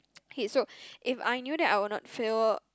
okay so if I knew that I would not fail